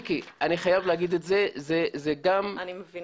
מיקי, אני חייב להגיד את זה, גם מוסרית.